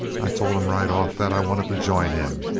i told him right off that i wanted to join him.